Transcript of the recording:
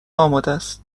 آمادست